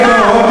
קשור?